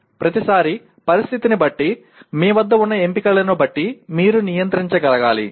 ప్రతిసారీ పరిస్థితిని బట్టి మీ వద్ద ఉన్న ఎంపికలను బట్టి మీరు నియంత్రించగలగాలి